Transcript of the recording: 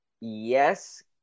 Yes